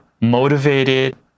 motivated